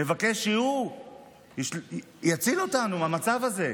שמבקש שהוא יציל אותנו מהמצב הזה.